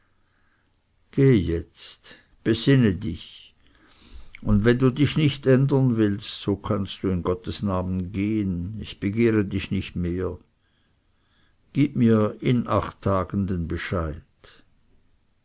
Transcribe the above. jetzt besinne dich und wenn du dich nicht ändern willst so kannst du in gottes namen gehen ich begehre dich nicht mehr gib mir in acht tagen den bescheid